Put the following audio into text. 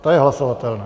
To je hlasovatelné.